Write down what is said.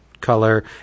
color